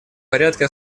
порядке